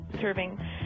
serving